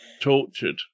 tortured